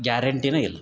ಗ್ಯಾರಂಟಿನೇ ಇಲ್ಲ